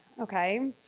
okay